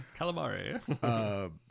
calamari